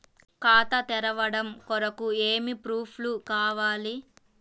ఖాతా తెరవడం కొరకు ఏమి ప్రూఫ్లు కావాలి?